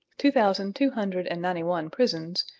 two thousand two hundred and ninety one prisons,